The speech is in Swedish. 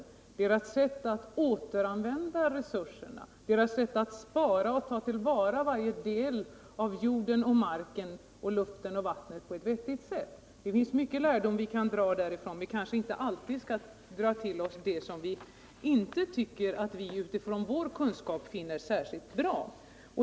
Jag tänker på deras sätt att återanvända resurserna, deras sätt att spara och ta till vara varje del av jorden, marken, luften och vattnet på ett vettigt sätt. Det finns mycket lärdom att hämta därifrån.